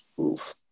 Oof